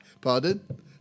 Pardon